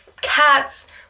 cats